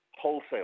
wholesale